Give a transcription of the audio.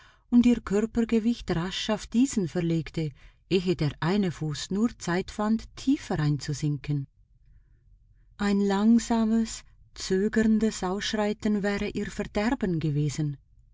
und ihr körpergewicht rasch auf diesen verlegte ehe der eine fuß nur zeit fand tiefer einzusinken ein langsames zögerndes ausschreiten wäre ihr verderben gewesen